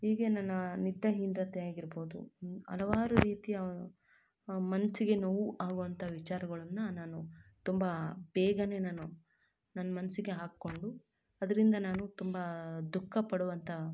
ಹೀಗೆ ನನ್ನ ನಿದ್ದೆಹೀನ್ರತೆಯಾಗಿರ್ಬೋದು ಹಲವಾರು ರೀತಿಯ ಮನಸ್ಸಿಗೆ ನೋವು ಆಗುವಂಥ ವಿಚಾರಗಳನ್ನ ನಾನು ತುಂಬ ಬೇಗನೆ ನಾನು ನನ್ನ ಮನಸ್ಸಿಗೆ ಹಾಕಿಕೊಂಡು ಅದರಿಂದ ನಾನು ತುಂಬ ದುಃಖಪಡುವಂಥ